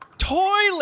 toilet